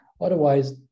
otherwise